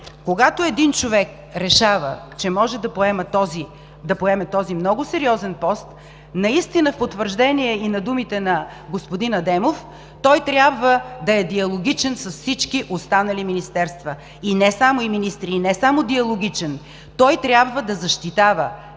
когато един човек решава, че може да поеме този много сериозен пост, наистина в потвърждение и на думите на господин Адемов, той трябва да е диалогичен с всички останали министерства и министри. И не само диалогичен, той трябва да защитава